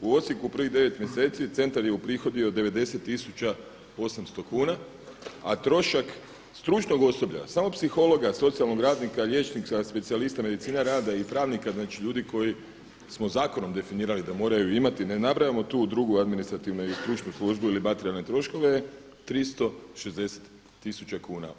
U Osijeku u prvih devet mjeseci centar je uprihodio 90 tisuća 800 kuna, a trošak stručnog osoblja, samo psihologa, socijalnog radnika, liječnika, specijalista medicine rada i pravnika, znači ljudi koje smo zakonom definirali da moraju imati, ne nabrajamo tu drugu administrativne i stručnu službu ili materijalne troškove – 360 tisuća kuna.